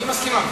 היא מסכימה.